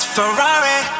Ferrari